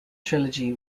trilogy